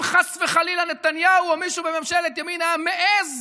אם חס וחלילה נתניהו או מישהו בממשלת ימין היה מעז